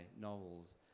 novels